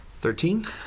Thirteen